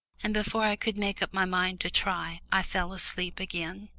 and before i could make up my mind to try i fell asleep again.